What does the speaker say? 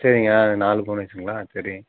சரிங்க நாலு கோன் ஐஸுங்களா சரி